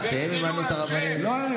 כשהם ימנו את הרבנים,